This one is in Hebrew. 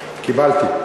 קיבלתי.